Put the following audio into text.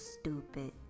stupid